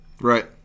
Right